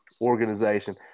organization